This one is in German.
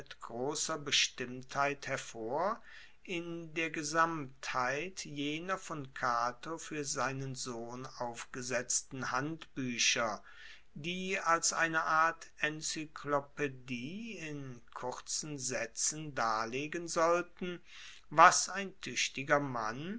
grosser bestimmtheit hervor in der gesamtheit jener von cato fuer seinen sohn aufgesetzten handbuecher die als eine art enzyklopaedie in kurzen saetzen darlegen sollten was ein tuechtiger mann